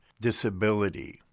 disability